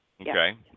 Okay